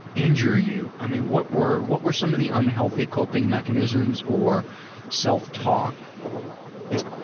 injure you. i mean what were what were some of the unhealthy coping mechanisms or self-talk that?